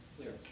clear